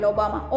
Obama